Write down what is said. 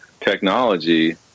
technology